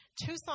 Tucson